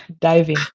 diving